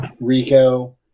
Rico